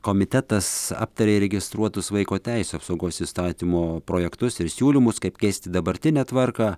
komitetas aptarė įregistruotus vaiko teisių apsaugos įstatymo projektus ir siūlymus kaip keisti dabartinę tvarką